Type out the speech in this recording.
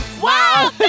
Wow